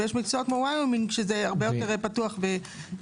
ויש מקומות שזה הרבה יותר פתוח ורחב.